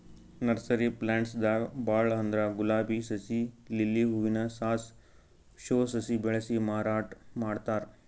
nursery plants ದಾಗ್ ಭಾಳ್ ಅಂದ್ರ ಗುಲಾಬಿ ಸಸಿ, ಲಿಲ್ಲಿ ಹೂವಿನ ಸಾಸ್, ಶೋ ಸಸಿ ಬೆಳಸಿ ಮಾರಾಟ್ ಮಾಡ್ತಾರ್